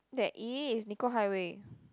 there is Nicoll highway